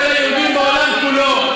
של היהודים בעולם כולו.